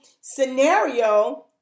scenario